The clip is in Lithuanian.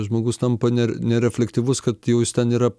žmogus tampa ner nerefektyvus kad jau jis ten yra